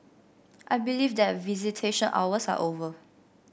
I believe that visitation hours are over